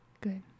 Good